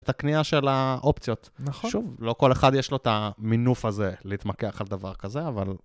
הקנייה של האופציות, שוב, לא כל אחד יש לו את המינוף הזה להתמקח על דבר כזה, אבל...